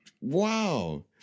wow